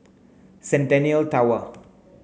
Centennial Tower